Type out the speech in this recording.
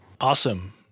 awesome